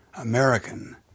American